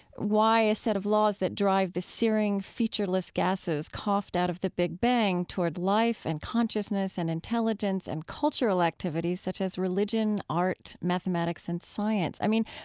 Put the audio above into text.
why a set of laws that drive the searing, featureless gases coughed out of the big bang toward life and consciousness and intelligence and cultural activities such as religion, art, mathematics and science? i mean,